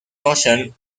notion